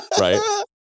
right